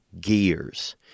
gears